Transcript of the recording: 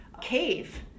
cave